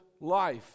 life